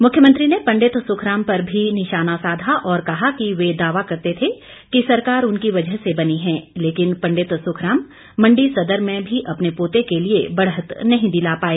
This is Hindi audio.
मुख्यमंत्री ने पंडित सुखराम पर भी निशाना साधा और कहा कि वह दावा करते थे कि सरकार उनकी वजह से बनी है लेकिन पंडित सुखराम मंडी सदर में भी अपने पोते के लिए बढ़त नहीं दिला पाए